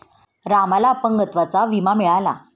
रामला अपंगत्वाचा विमा मिळाला